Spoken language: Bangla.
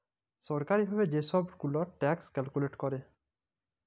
ছরকারি ভাবে যে ছব গুলা ট্যাক্স ক্যালকুলেট ক্যরে